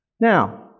Now